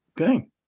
Okay